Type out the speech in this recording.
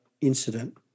incident